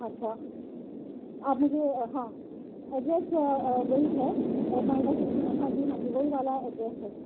اچھا آپ مجھے ہاں ایڈریس وہی ہے نوئڈا سکسٹی ون ہاں جی ہاں جی وہی والا ایڈریس ہے